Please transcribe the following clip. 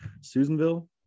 Susanville